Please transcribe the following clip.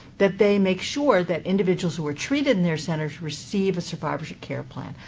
that they make sure that individuals who are treated in their centers receive a survivorship care plan.